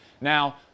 Now